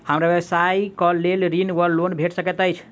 हमरा व्यवसाय कऽ लेल ऋण वा लोन भेट सकैत अछि?